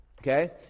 Okay